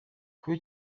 kuba